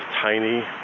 tiny